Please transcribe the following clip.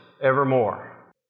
evermore